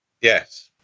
Yes